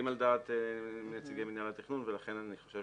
על דעת נציגי מינהל התכנון ולכן אני חושב